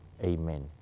Amen